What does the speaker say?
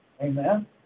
Amen